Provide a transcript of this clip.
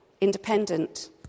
independent